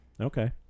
Okay